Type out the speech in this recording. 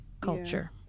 culture